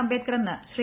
അംബേദ്ക്കറെന്ന് Shri